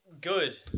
Good